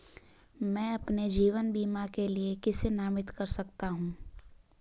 मैं अपने जीवन बीमा के लिए किसे नामित कर सकता हूं?